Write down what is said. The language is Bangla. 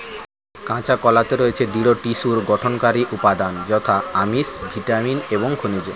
কাঁচা কলাতে রয়েছে দৃঢ় টিস্যুর গঠনকারী উপাদান যথা আমিষ, ভিটামিন এবং খনিজ